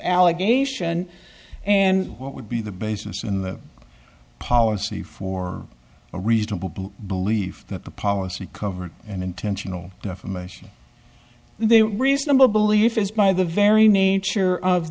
allegation and what would be the basis in the policy for a reasonable belief that the policy covered and intentional defamation they reasonable belief is by the very nature of